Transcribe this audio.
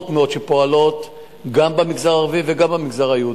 שפועלות גם במגזר הערבי וגם במגזר היהודי,